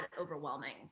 overwhelming